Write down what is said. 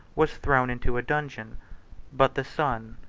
was thrown into a dungeon but the son,